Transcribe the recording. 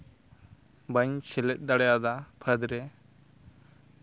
ᱵᱟᱹᱧ ᱥᱮᱞᱮᱫ ᱫᱟᱲᱮᱭᱟᱫᱟ ᱯᱷᱟᱹᱫᱽᱨᱮ